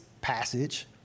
passage